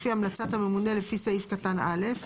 לפי המלצת הממונה לפי סעיף קטן (א),